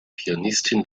pianistin